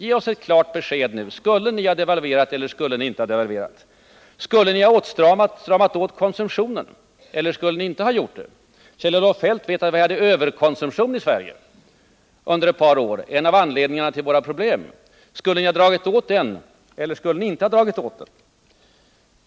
Ge oss ett klart besked nu: Skulle ni ha devalverat eller skulle ni inte ha devalverat? Skulle ni ha stramat åt konsumtionen eller skulle ni inte ha gjort det? Kjell-Olof Feldt vet att vi hade överkonsumtion i Sverige under ett par år, och det var en av anledningarna till våra problem. Skulle ni ha dragit åt konsumtionen eller skulle ni inte ha gjort det?